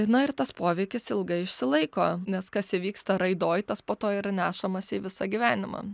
na ir tas poveikis ilgai išsilaiko nes kas įvyksta raidoj tas po to ir nešamasi į visą gyvenimą